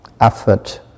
effort